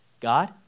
God